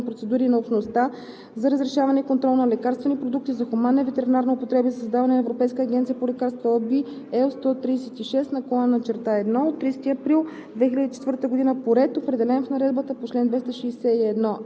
на Европейския парламент и на Съвета от 31 март 2004 г. за установяване на процедури на Общността за разрешаване и контрол на лекарствени продукти за хуманна и ветеринарна употреба и за създаване на Европейска агенция по лекарствата (OB, L 136/1 от 30 април